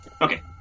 Okay